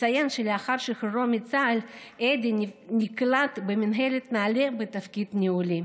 אציין שלאחר שחרורו מצה"ל אדי נקלט במינהלת נעל"ה בתפקיד ניהולי.